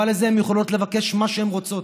לזה הן יכולות לבקש מה שהן רוצות.